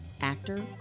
actor